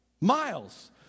miles